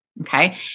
okay